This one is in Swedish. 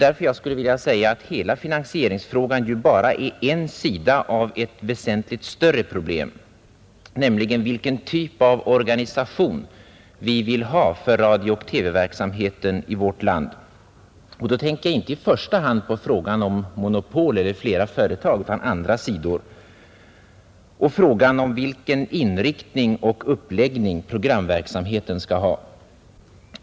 Därför skulle jag vilja säga att hela finansieringsfrågan bara är en sida av ett väsentligt större problem, nämligen vilken typ av organisation vi vill ha för radiooch TV-verksamheten i vårt land. Då tänker jag inte i första hand på frågan om monopol eller flera företag utan på en annan sida av problemet, nämligen vilken inriktning och uppläggning programverksamheten skall ha.